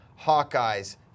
Hawkeyes